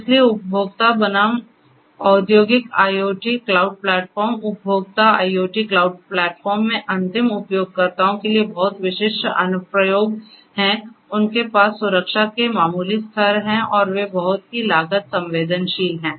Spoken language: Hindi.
इसलिए उपभोक्ता बनाम औद्योगिक IoT क्लाउड प्लेटफॉर्म उपभोक्ता IoT क्लाउड प्लेटफ़ॉर्म में अंतिम उपयोगकर्ताओं के लिए बहुत विशिष्ट अनुप्रयोग हैं उनके पास सुरक्षा के मामूली स्तर हैं और वे बहुत ही लागत संवेदनशील हैं